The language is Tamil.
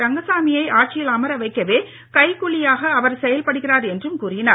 ரங்கசாமியை ஆட்சியில் அமர வைக்கவே கைக் கூலியாக அவர் செயல்படுகிறார் என்றும் கூறினார்